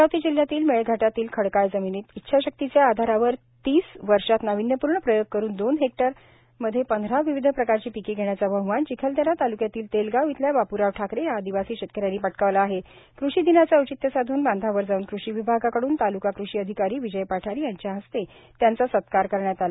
अमरावती जिल्ह्यातील मेळघाटातील खडकाळ जमिनीत इच्छाशक्तीच्या आधारावर तीस वर्षात नाविन्यपूर्ण प्रयोग करून दोन हेक्टर मध्ये पंधरा विविध प्रकारची पिके घेण्याचा बहमान चिखलदरा ताल्क्यातील तेलगाव इथल्या बाप्राव ठाकरे या आदिवासी शेतकऱ्यांनी पटकावला आहे कृषी दिनाचं औचित्य साधून बांधावर जाऊन कृषी विभागाकडून ताल्का कृषी अधिकारी विजय पठारे यांच्या हस्ते त्यांचा सत्कार करण्यात आला